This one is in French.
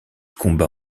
combat